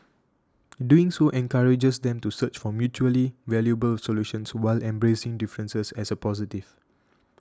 doing so encourages them to search for mutually valuable solutions while embracing differences as a positive